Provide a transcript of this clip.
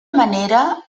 manera